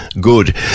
good